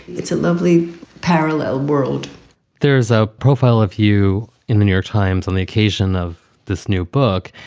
it's a lovely parallel world there's a profile of you in the new york times on the occasion of this new book.